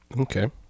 Okay